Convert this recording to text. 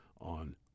on